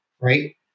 right